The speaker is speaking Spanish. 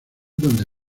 donde